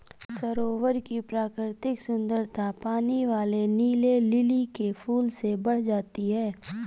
सरोवर की प्राकृतिक सुंदरता पानी वाले नीले लिली के फूल से बढ़ जाती है